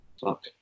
Fuck